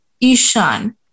Ishan